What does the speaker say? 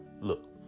Look